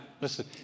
Listen